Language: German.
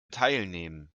teilnehmen